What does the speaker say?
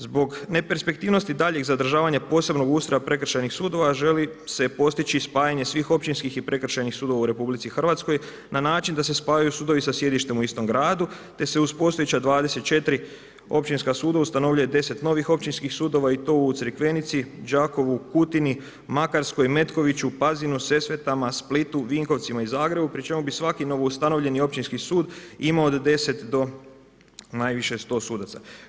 Zbog neperspektivnosti daljnjeg zadržavanja posebnog ustroja prekršajnih sudova želi se postići spajanje svih općinskih i prekršajnih sudova u Republici Hrvatskoj na način da se spajaju sudovi sa sjedištem u istom gradu te se uz postojeća 24 općinska suda ustanovljuje 10 novih općinskih sudova i to u Crikvenici, Đakovu, Kutini, Makarskoj, Metkoviću, Pazinu, Sesvetama, Splitu, Vinkovcima i Zagrebu pri čemu bi svaki novo ustanovljeni Općinski sud imao od 10 do najviše 100 sudaca.